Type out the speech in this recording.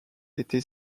été